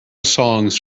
songs